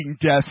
death